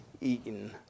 eaten